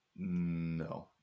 no